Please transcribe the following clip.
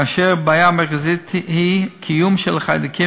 כאשר בעיה מרכזית היא קיום של חיידקים